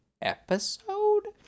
episode